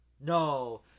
no